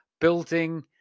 building